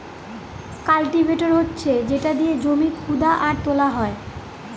cultivator হচ্ছে যেটা দিয়ে জমি খুদা আর তোলা হয়